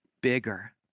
bigger